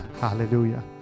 Hallelujah